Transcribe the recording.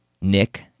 Nick